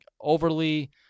overly